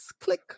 click